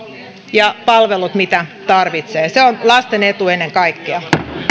ja palvelut mitä tarvitsee se on lasten etu ennen kaikkea